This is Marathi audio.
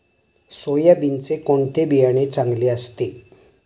सोयाबीनचे कोणते बियाणे चांगले असते?